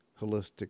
holistic